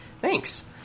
Thanks